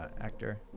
Actor